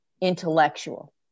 intellectual